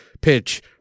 pitch